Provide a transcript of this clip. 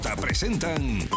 presentan